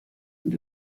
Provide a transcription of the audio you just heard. und